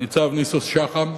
ניצב ניסו שחם,